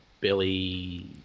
Billy